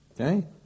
Okay